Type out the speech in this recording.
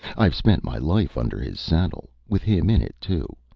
i have spent my life under his saddle with him in it, too,